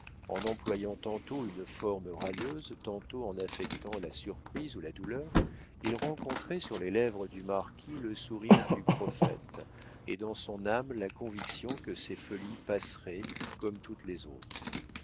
en employant tantôt une forme railleuse tantôt en affectant la surprise ou la douleur il rencontrait sur les lèvres du marquis le sourire du prophète et dans son âme la conviction que ces folies passeraient comme toutes les autres